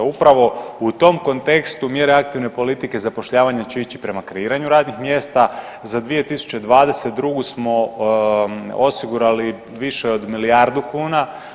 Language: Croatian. Upravo u tom kontekstu mjere aktivne politike zapošljavanja će ići prema kreiranju radnih mjesta, za 2022. smo osigurali više od milijardu kuna.